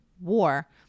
war